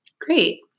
great